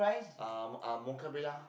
um um mocha bella